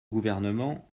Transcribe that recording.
gouvernement